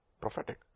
Prophetic